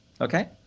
Okay